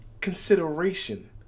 consideration